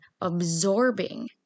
absorbing